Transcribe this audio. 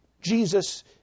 Jesus